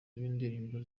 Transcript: b’indirimbo